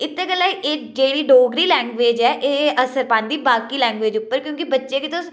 इत्तै गल्ला एह् जेह्ड़ी डोगरी लैंग्वेज ऐ एह् असर पांदी बाकी लैंग्वेज उप्पर क्योंकि बच्चे बी